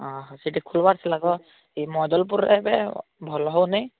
ହଁ ହଁ ସେଠି ଖୋଲିବାର୍ ଥିଲା ତ ଏଇ ମଦଲପୁରରେ ଏବେ ଭଲ ହେଉନାହିଁ